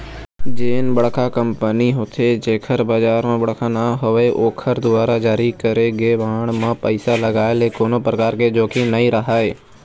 जेन बड़का कंपनी होथे जेखर बजार म बड़का नांव हवय ओखर दुवारा जारी करे गे बांड म पइसा लगाय ले कोनो परकार के जोखिम नइ राहय